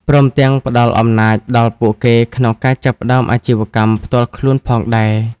ព្រមទាំងផ្ដល់អំណាចដល់ពួកគេក្នុងការចាប់ផ្ដើមអាជីវកម្មផ្ទាល់ខ្លួនផងដែរ។